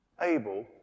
able